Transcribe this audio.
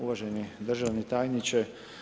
Uvaženi državni tajniče.